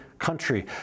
Country